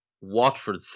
Watford